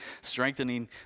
strengthening